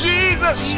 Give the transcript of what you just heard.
Jesus